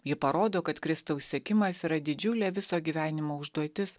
ji parodo kad kristaus sekimas yra didžiulė viso gyvenimo užduotis